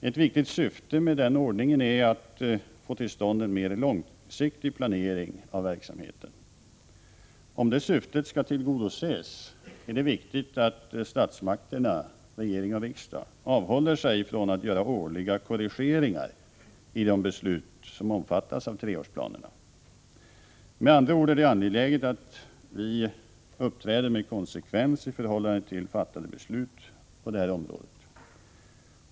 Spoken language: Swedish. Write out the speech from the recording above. Ett viktigt syfte med denna ordning är att få till stånd en mer långsiktig planering av verksamheten. Om detta syfte skall tillgodoses är det viktigt att statsmakterna, regering och riksdag, avhåller sig från att göra årliga korrigeringar av de beslut som omfattas av treårsplanerna. Med andra ord är det angeläget att vi uppträder med konsekvens i förhållande till fattade beslut på detta område.